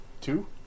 Two